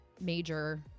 major